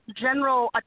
general